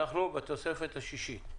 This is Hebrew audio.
אנחנו בתוספת השישית.